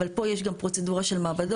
אבל פה יש גם פרוצדורה של מעבדות.